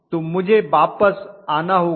तो मुझे वापस आना होगा